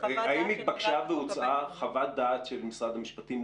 נתבקשה והוצאה חוות דעת של משרד המשפטים,